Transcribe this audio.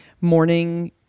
morning